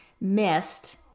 missed